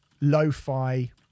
lo-fi